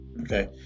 Okay